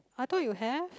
I thought you have